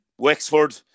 Wexford